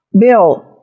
Bill